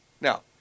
Now